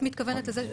אני מתכוונת לזה,